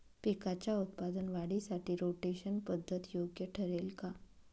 पिकाच्या उत्पादन वाढीसाठी रोटेशन पद्धत योग्य ठरेल का?